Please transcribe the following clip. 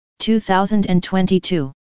2022